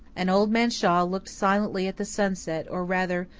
and old man shaw looked silently at the sunset or, rather,